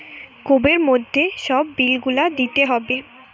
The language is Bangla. কোবের মধ্যে সব বিল গুলা দিতে হবে